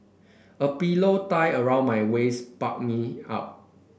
a pillow tied around my waist bulk me up